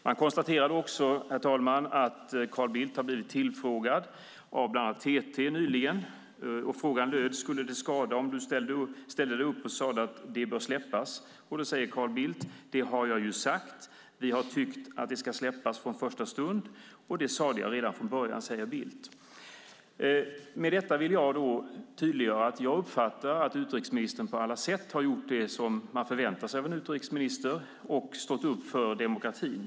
Jag konstaterar också, herr talman, att Carl Bildt har blivit tillfrågad av bland annat TT nyligen. Frågan löd: Skulle det skada om du ställde dig upp och sade att de bör släppas? Då säger Carl Bildt: Det har jag ju sagt. Vi har tyckt att de ska släppas från första stund, och det sade jag redan från början. Med detta vill jag tydliggöra att jag uppfattar att utrikesministern på alla sätt har gjort det som man förväntar sig av en utrikesminister och att han har stått upp för demokratin.